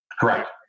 Correct